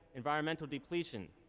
environmental depletion